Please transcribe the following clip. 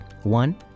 One